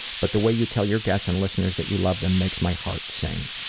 but the way you tell your guests and listeners that you love them makes my heart sing.